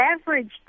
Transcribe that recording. average